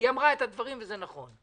היא אמרה את הדברים וזה נכון.